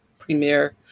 premier